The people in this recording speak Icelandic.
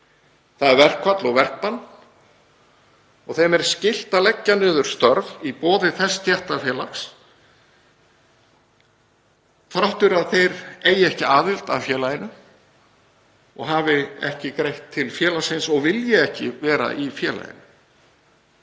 þ.e. verkfall og verkbann, og þeim er skylt að leggja niður störf í boði þess stéttarfélags þrátt fyrir að þeir eigi ekki aðild að félaginu og hafi ekki greitt til félagsins og vilji ekki vera í félaginu.